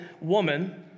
woman